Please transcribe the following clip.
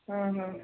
ହଁ ହଁ